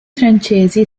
francesi